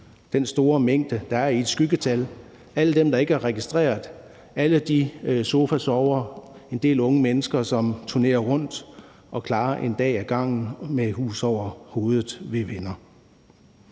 den store mængde, der er i et skyggetal – alle dem, der ikke er registreret, alle de sofasovere, en del unge mennesker, som turnerer rundt og klarer en dag ad gangen med tag over hovedet ved venner.